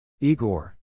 Igor